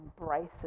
embraces